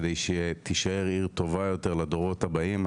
כדי שהיא תישאר עיר טובה יותר לדורות הבאים.